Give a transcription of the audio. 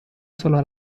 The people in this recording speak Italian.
solo